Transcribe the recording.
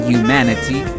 Humanity